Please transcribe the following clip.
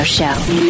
Show